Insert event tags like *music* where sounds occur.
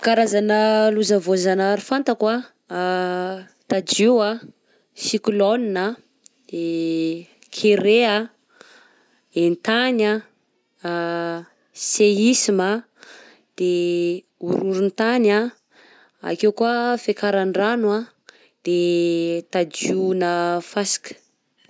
Karazana loza voajanahary fantako: *hesitation* tadio a, cyclone a, de *hesitation* kerè a, entany, *hesitation* seisma, de horohorontany, ake koa fekaran'ny rano a, de tadionà fasika.